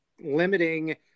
limiting